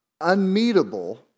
unmeetable